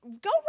Go